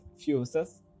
fuses